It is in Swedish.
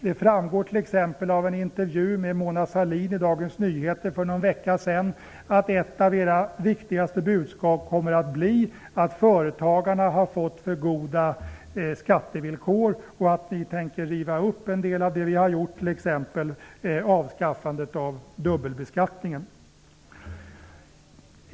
Det framgår t.ex. av en intervju med Mona Sahlin i Dagens Nyheter för någon vecka sedan att ett av era viktigaste budskap kommer att bli att företagarna har fått för goda skattevillkor och att ni tänker riva upp en del av vad vi har gjort, t.ex. avskaffandet av dubbelbeskattningen.